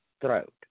throat